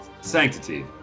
Sanctity